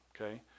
okay